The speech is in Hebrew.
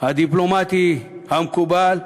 הדיפלומטי המקובל,